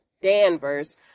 Danvers